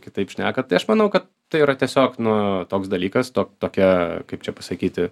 kitaip šnekat tai aš manau kad tai yra tiesiog nu toks dalykas tok tokia kaip čia pasakyti